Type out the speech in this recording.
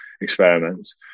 experiments